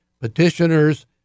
petitioners